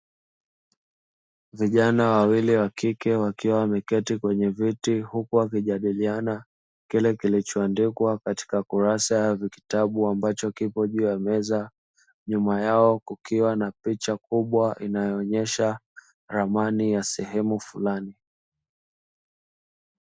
Vijana wawili wa kike wakiwa wameketi kwenye viti, huku wakijadiliana kile kilichoandikwa katika kurasa za vitabu ambacho kipo juu ya meza, nyuma yao kukiwa na picha kubwa inayoonyesha ramani ya sehemu fulani.